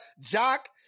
jock